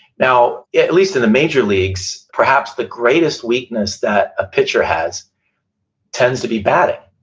now, at least in the major leagues, perhaps the greatest weakness that a pitcher has tends to be batting.